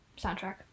soundtrack